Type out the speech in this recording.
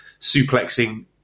suplexing